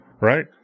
right